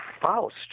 Faust